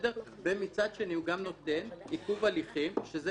מצד שני, הוא גם נותן עיכוב הליכים, שזה